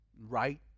right